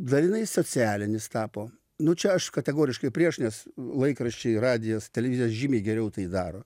dalinai socialinis tapo nu čia aš kategoriškai prieš nes laikraščiai radijas televizija žymiai geriau tai daro